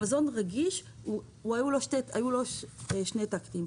למזון רגיש היו שני טקטים: